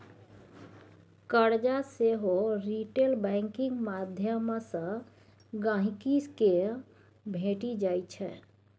करजा सेहो retail banking माध्यमसँ गांहिकी केँ भेटि जाइ छै